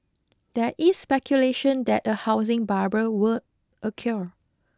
there is speculation that a housing bubble were a cure